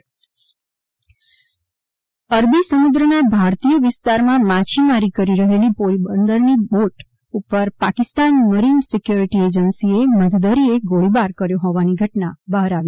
માછીમાર બોટ પર ગોળીબાર અરબી સુમુદ્રના ભારતીય વિસ્તારમાં માછીમારી કરી રહેલી પોરબંદરની બોટ ઉપર પાકિસ્તાન મરીન સિક્યોરિટી એજન્સિએ મધદરિયે ગોળીબાર કર્યો હોવાની ઘટના બહાર આવી છે